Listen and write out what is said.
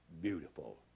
beautiful